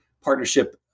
partnership